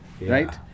right